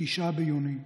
9 ביוני,